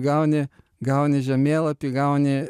gauni gauni žemėlapį gauni